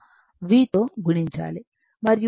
v తో'గుణించాలి మరియు V sin α